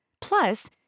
Plus